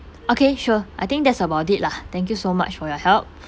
okay sure I think that's about it lah thank you so much for your help